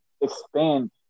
expand